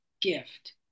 gift